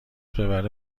ببره